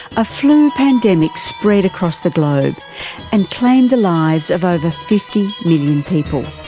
a flu pandemic spread across the globe and claimed the lives of over fifty million people,